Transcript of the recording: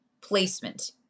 placement